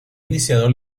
iniciado